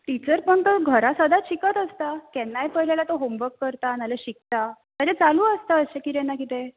teacher पण तो घरा सदांत शिकत आसता केन्नाय पळय जाल्या तो होमवक करता नाल्यार शिकता तेजें चालू आसता अशें किरें ना किरें